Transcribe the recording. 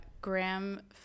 graham